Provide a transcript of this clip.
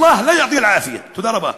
אללה לא יעטיה אל-עאפיה (בערבית: